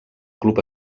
club